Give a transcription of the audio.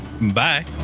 Bye